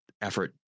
effort